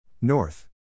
North